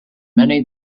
many